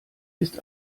ist